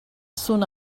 soon